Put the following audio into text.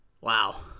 Wow